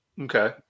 okay